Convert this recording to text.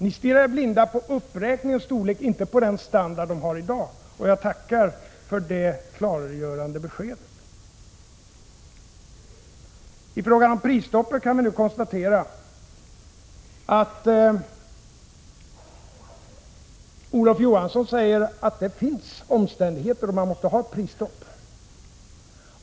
Ni stirrar er blinda på uppräkningens storlek och ser inte på den standard som de här pensionärerna har i dag. Jag tackar för det klargörande beskedet. I fråga om prisstoppet kan vi nu konstatera att Olof Johansson säger att det finns omständigheter under vilka man måste ha ett prisstopp.